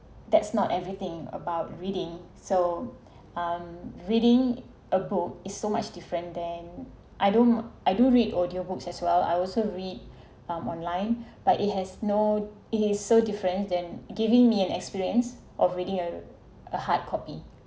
that's not everything about reading so um reading a book is so much different than I do I do read audio books as well I also read um online but it has no it is so different than giving me an experience of reading uh a hardcopy